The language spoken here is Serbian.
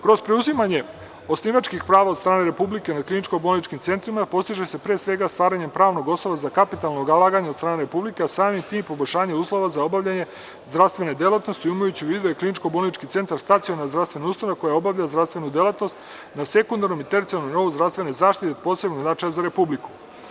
Kroz preuzimanje osnivačkih prava od strane Republike na kliničko-bolničkim centrima, postiže se pre svega, stvaranje pravnog osnova za kapitalna ulaganja od strane Republike, a samim tim poboljšanje uslova za obavljanje zdravstvene delatnosti, imajući u vidu da je kliničko-bolnički centar stacionarna zdravstvena ustanova koja obavlja zdravstvenu delatnost na sekundarnom i tercijalnom nivou zdravstvene zaštite, od posebnog značaja za Republiku.